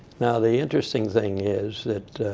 now the interesting thing is that